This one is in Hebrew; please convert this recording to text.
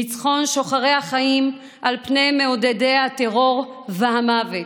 ניצחון שוחרי החיים על פני מעודדי הטרור והמוות,